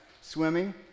Swimming